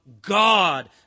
God